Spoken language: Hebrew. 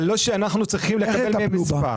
אבל לא שאנחנו צריכים לקבל מהם מספר.